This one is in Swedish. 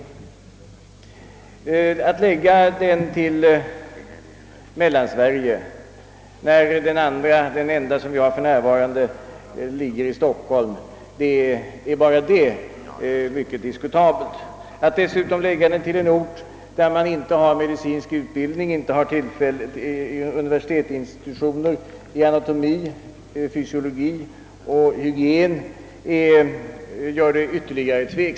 Att förlägga den till Mellansverige är mycket diskutabelt redan av det skälet, att den enda gymnastikoch idrottshögskola, som vi nu har, ligger i Stockholm. Och lämpligheten av en förläggning till Örebro blir ytterligare diskutabel genom att det inte i Örebro finns några universitetsinstitutioner i anatomi, fysiologi och hygien.